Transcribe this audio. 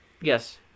Yes